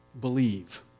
believe